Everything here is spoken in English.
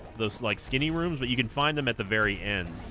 those like skinny rooms but you can find them at the very end